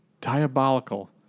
diabolical